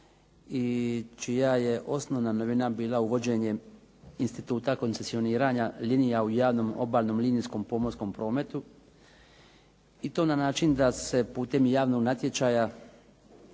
i čija je osnovna novina bila uvođenje instituta koncesioniranja linija u javnom obalnom linijskom pomorskom prometu i to na način da se putem javnog natječaja